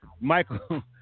Michael